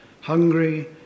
hungry